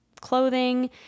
clothing